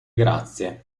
grazie